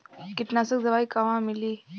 कीटनाशक दवाई कहवा मिली?